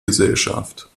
gesellschaft